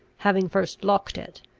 having first locked it,